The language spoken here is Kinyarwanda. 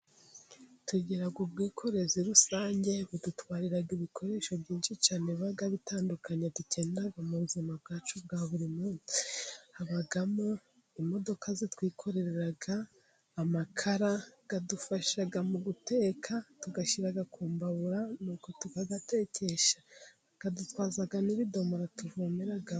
Tugira ubwikorezi rusange budutwarira ibikoresho byinshi cyane biba bitandukanye dukenera mu buzima bwacu bwa buri munsi, habamo imodoka zitwikorerera amakara adufasha mu guteka ,tuyashyira ku mbabura n'uko tukayatekesha, adutwaza n'ibidomora tuvomeramo.